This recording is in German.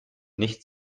nichts